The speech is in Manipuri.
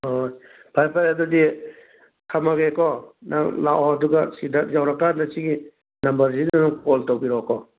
ꯑꯣ ꯐꯔꯦ ꯐꯔꯦ ꯑꯗꯨꯗꯤ ꯊꯝꯃꯒꯦꯀꯣ ꯅꯪ ꯂꯥꯛꯑꯣ ꯑꯗꯨꯒ ꯁꯤꯗ ꯌꯧꯔꯀꯥꯟꯗ ꯁꯤꯒꯤ ꯅꯝꯕꯔ ꯁꯤꯗ ꯑꯗꯨꯝ ꯀꯣꯜ ꯇꯧꯕꯤꯔꯛꯑꯣꯀꯣ